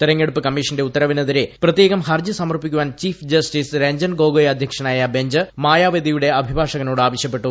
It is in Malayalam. തിരഞ്ഞെടുപ്പ് കമ്മീഷന്റെ ഉത്തരവിനെതിരെ പ്രത്യേക്കം ഹർജി സമർപ്പിക്കുവാൻ ചീഫ് ജസ്റ്റീസ് രഞ്ജൻ ഗോഗോയി അധ്യക്ഷനായ ബഞ്ച് മായാവതിയുടെ അഭിഭാഷകനോട് ആവശ്യപ്പെട്ടു